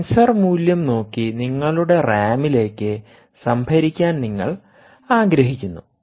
sensor മൂല്യം നോക്കി നിങ്ങളുടെ റാമിലേക്ക്സംഭരിക്കാൻ നിങ്ങൾ ആഗ്രഹിക്കുന്നു